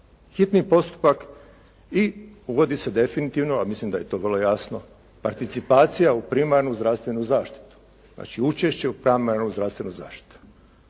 hitni je postupak i uvodi se definitivno, a mislim da je to vrlo jasno participacija u primarnu zdravstvenu zaštitu, znači učešće u primarnu zdravstvenu zaštitu.